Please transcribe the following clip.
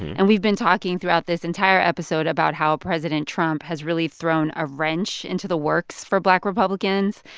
and we've been talking throughout this entire episode about how president trump has really thrown a wrench into the works for black republicans.